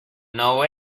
know